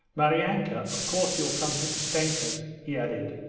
maryanka, of course you'll come to ustenka's he added,